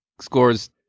scores